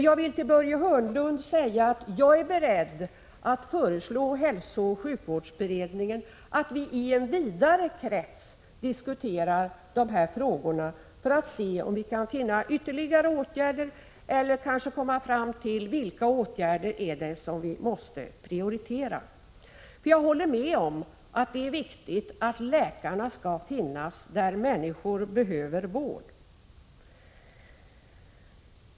Jag vill till Börje Hörnlund säga: Jag är beredd att föreslå hälsooch sjukvårdsberedningen att vi i en vidare krets diskuterar dessa frågor för att se om vi kan finna ytterligare åtgärder eller kanske komma fram till vilka åtgärder vi måste prioritera. Jag håller med om att det är viktigt att läkarna skall finnas där människorna behöver vård.